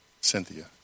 Cynthia